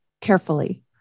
carefully